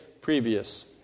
previous